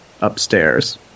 upstairs